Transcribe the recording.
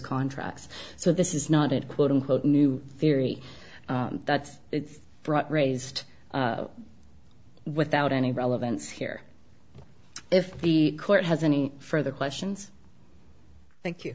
contracts so this is not it quote unquote new theory that it's brought raised without any relevance here if the court has any further questions thank you